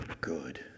good